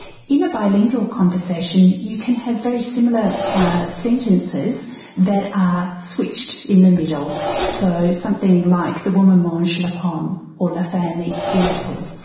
in a bilingual conversation you can have very similar sentences that are switched in the middle so something like the woman mange la pomme or la femme eats the apple.